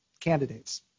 candidates